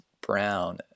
brown